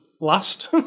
last